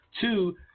Two